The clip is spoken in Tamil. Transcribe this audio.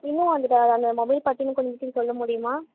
இன்னும் வந்துவிட்டு அதை அந்த மொபைல் பற்றின கொஞ்சம் விஷயம் சொல்ல முடியுமா